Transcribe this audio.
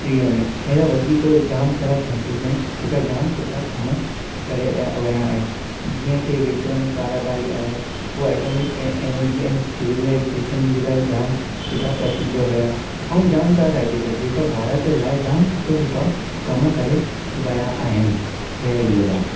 टीह में हेड़ा वधीक जाम सारा साइंटिस्ट आहिनि जेका जाम सुठा कम करे विया आहिनि जीअं की विक्रम साराभाई आहे उहो एटोमिक ए एनर्जी ऐं सिविलाइजेशन जे लाइ जाम सुठा प्रसिद्ध हुया ऐं जाम सारा साइंटिस्ट जेका भारत लाइ जाम सुठो सुठो कम करे विया आहिनि जय झूलेलाल